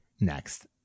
next